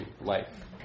life